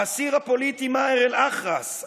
האסיר הפוליטי מאהר אל-אח'רס,